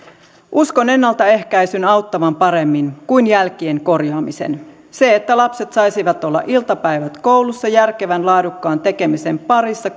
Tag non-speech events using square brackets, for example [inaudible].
uskon ennaltaehkäisyn auttavan paremmin kuin jälkien korjaamisen se että lapset saisivat olla iltapäivät koulussa järkevän laadukkaan tekemisen parissa [unintelligible]